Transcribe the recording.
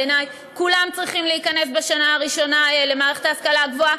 בעיני כולם צריכים להיכנס בשנה הראשונה למערכת ההשכלה הגבוהה,